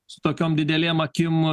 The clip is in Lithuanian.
su tokiom didelėm akim